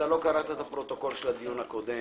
אתה לא קראת את הפרוטוקול של הדיון הקודם.